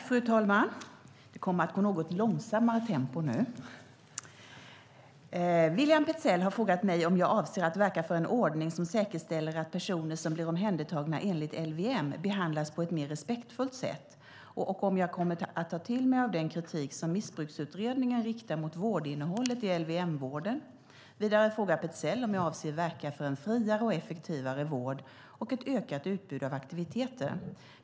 Fru talman! William Petzäll har frågat mig om jag avser att verka för en ordning som säkerställer att personer som blir omhändertagna enligt LVM behandlas på ett mer respektfullt sätt och om jag att kommer att ta till mig av den kritik som Missbruksutredningen riktar mot vårdinnehållet i LVM-vården. Vidare frågar Petzäll om jag avser att verka för en friare och effektivare vård och ett ökat utbud av aktiviteter.